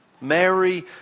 Mary